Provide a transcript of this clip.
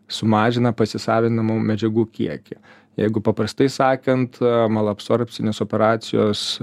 sumažina pasisavinamų medžiagų kiekį jeigu paprastai sakant malabsorbcinės operacijos